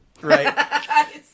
Right